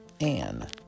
Anne